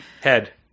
Head